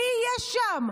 מי יהיה שם?